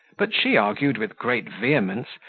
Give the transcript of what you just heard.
but she argued, with great vehemence,